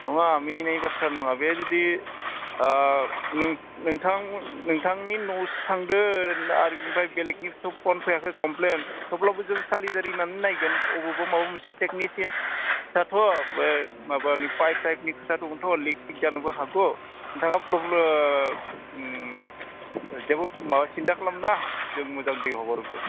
नङा मिनिनाय बाथ्रा नङा बे जुदि नोंथां नोंथांनि न'सिम थांदो ना आरो बेलेगनिफ्राय फन फैयाखै क'मफ्लेन थेवब्लाबो जों खालि जारिनानै नायगोन अबावबा माबा मोनसे टेकनिसियानयाथ' बे माबानि पाइप थाइफनि खोथा दं थ' लिक थिग जानोबो हागौ नोंथाङा जेबो सिन्था खालाम नाङा जों मोजां दै हगारहरगोन